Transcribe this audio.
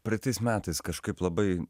praeitais metais kažkaip labai